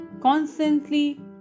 constantly